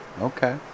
Okay